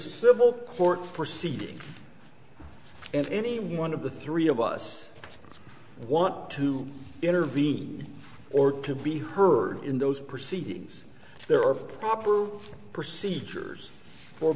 civil court proceeding and any one of the three of us want to intervene or to be heard in those proceedings there are proper procedures for